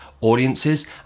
audiences